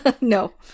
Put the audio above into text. No